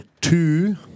two